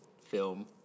film